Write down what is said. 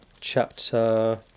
chapter